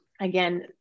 again